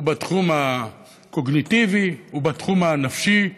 בתחום הקוגניטיבי ובתחום הנפשי.